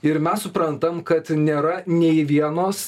ir mes suprantam kad nėra nei vienos